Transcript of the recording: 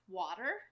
water